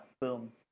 Boom